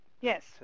Yes